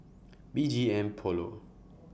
B G M Polo